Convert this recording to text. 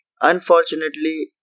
Unfortunately